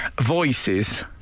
Voices